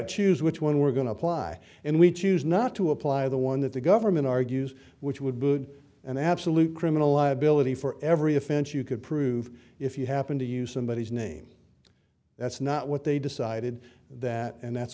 to choose which one we're going to apply and we choose not to apply the one that the government argues which would be good and absolute criminal liability for every offense you could prove if you happen to use somebodies name that's not what they decided that and that's